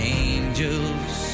angels